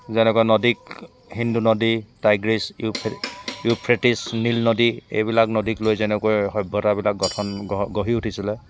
যেনেকৈ নদীক সিন্ধু নদী তাইগ্ৰীচ ইউফ্ৰেটিছ নীল নদী এইবিলাক নদীক লৈ যেনেকৈ সভ্যতাবিলাক গঠন গঢ়ি উঠিছিলে